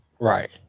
Right